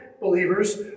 believers